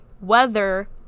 weather